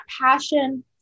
passion